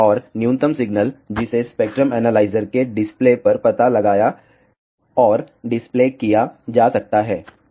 और न्यूनतम सिग्नल जिसे स्पेक्ट्रम एनालाइजर के डिस्प्ले पर पता लगाया और डिस्प्ले किया जा सकता है